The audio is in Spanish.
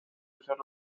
usar